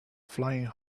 flying